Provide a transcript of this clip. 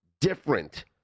different